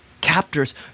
captors